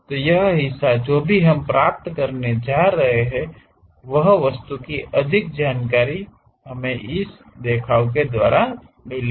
तो यह हिस्सा जो भी हम प्राप्त करने जा रहे हैं वह वस्तु की अधिक जानकारी हमे इस देखाव के द्वारा मिलेगी